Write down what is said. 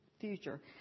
future